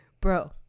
bro